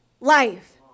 life